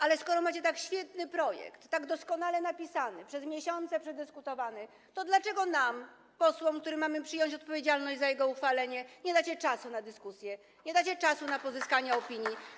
Ale skoro macie tak świetny projekt i tak doskonale napisany, przez miesiące dyskutowany, to dlaczego nam, posłom, którzy mamy przyjąć odpowiedzialność za jego uchwalenie, nie dacie czasu na dyskusję, nie dacie czasu na pozyskanie opinii.